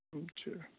اچھا